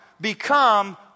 Become